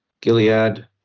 Gilead